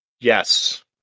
Yes